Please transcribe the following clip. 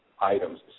items